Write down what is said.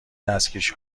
دستکش